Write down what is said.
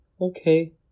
Okay